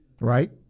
right